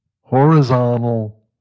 horizontal